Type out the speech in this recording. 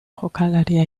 jokalari